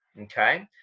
okay